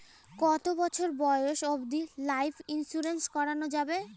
কতো বছর বয়স অব্দি লাইফ ইন্সুরেন্স করানো যাবে?